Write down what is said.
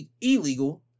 illegal